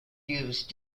used